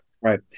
right